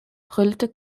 brüllte